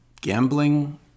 gambling